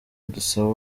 dusabe